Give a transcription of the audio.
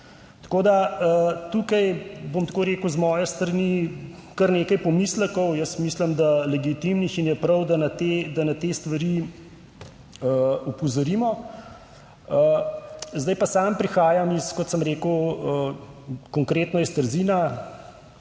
Tako da tukaj, bom tako rekel, z moje strani kar nekaj pomislekov jaz mislim, da legitimnih, in je prav, da na te, da na te stvari opozorimo. Sam prihajam iz, kot sem rekel, konkretno iz Trzina,